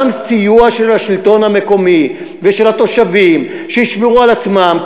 גם סיוע של השלטון המקומי ושל התושבים שישמרו על עצמם,